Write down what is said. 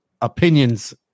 opinions